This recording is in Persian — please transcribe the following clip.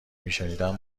میشنیدم